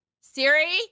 Siri